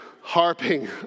harping